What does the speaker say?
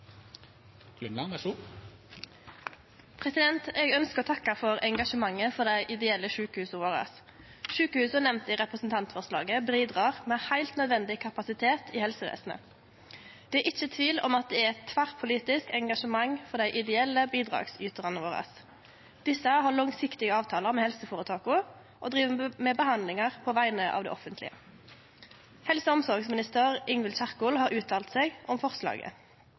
å takke for engasjementet for dei ideelle sjukehusa våre. Sjukehusa nemnde i representantforslaget bidrar med heilt nødvendig kapasitet i helsevesenet. Det er ikkje tvil om at det er eit tverrpolitisk engasjement for dei ideelle bidragsytarane våre. Desse har langsiktige avtalar med helseføretaka og driv med behandling på vegner av det offentlege. Helse- og omsorgsminister Ingvild Kjerkol har uttalt seg om forslaget.